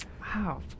Wow